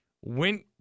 Went